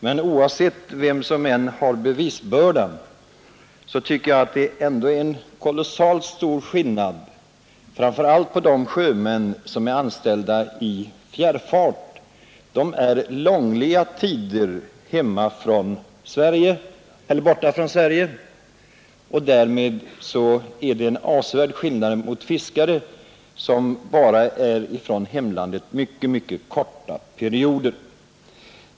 Men oavsett vem som har bevisbördan tycker jag att det ändå är en kolossalt stor skillnad mellan framför allt sjömän anställda i fjärrfart, som är borta från Sverige under långliga tider, och fiskare som bara är borta från hemlandet under mycket korta perioder.